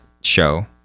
show